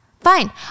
Fine